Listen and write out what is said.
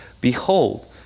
behold